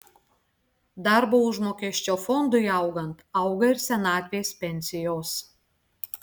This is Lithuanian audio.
darbo užmokesčio fondui augant auga ir senatvės pensijos